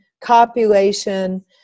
copulation